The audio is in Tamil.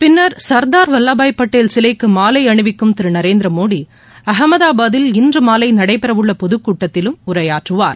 பின்னர் சர்தார் வல்லப்பாய் பட்டேல் சிலைக்கு மாலை அணிவிக்கும் திரு நரேந்திரமோடி அகமதாபாதில் இன்று மாலை நடைபெறவுள்ள பொதுக்கூட்டத்திலும் உரையாற்றுவார்